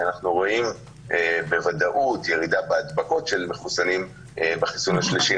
כי אנחנו רואים בוודאות ירידה בהדבקות של מחוסנים בחיסון השלישי,